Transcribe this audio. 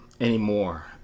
anymore